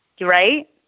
Right